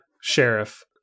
sheriff